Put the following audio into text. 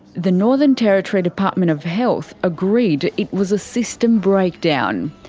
the northern territory department of health agreed it was a system breakdown.